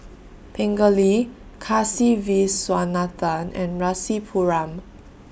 Pingali Kasiviswanathan and Rasipuram